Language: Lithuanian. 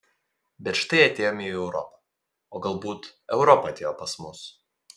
bet štai atėjome į europą o galbūt europa atėjo pas mus